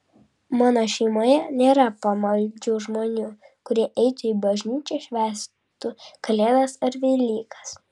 mano šeimoje nėra pamaldžių žmonių kurie eitų į bažnyčią švęstų kalėdas ar velykas